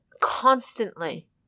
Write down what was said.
constantly